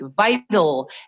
vital